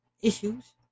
issues